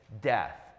death